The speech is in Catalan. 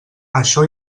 això